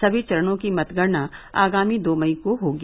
सभी चरणों की मतगणना आगामी दो मई को होगी